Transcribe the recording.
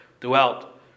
throughout